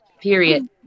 Period